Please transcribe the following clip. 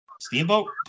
Steamboat